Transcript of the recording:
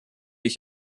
ich